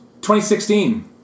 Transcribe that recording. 2016